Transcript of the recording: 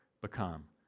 become